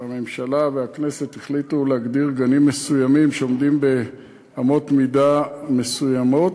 והממשלה והכנסת החליטו להגדיר גנים מסוימים שעומדים באמות מידה מסוימות.